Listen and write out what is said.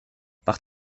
par